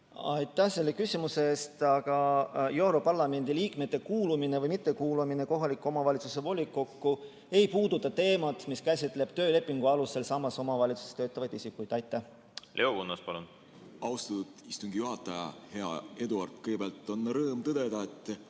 Aitäh selle küsimuse eest! Aga europarlamendi liikmete kuulumine või mittekuulumine kohaliku omavalitsuse volikokku ei puuduta teemat, mis käsitleb töölepingu alusel samas omavalitsustes töötavaid isikuid. Leo Kunnas, palun! Austatud istungi juhataja! Hea Eduard! Kõigepealt on rõõm tõdeda, et